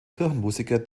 kirchenmusiker